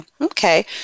Okay